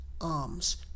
arms